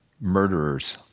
murderers